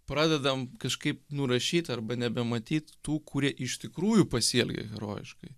pradedam kažkaip nurašyt arba nebematyt tų kurie iš tikrųjų pasielgė herojiškai